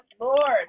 Lord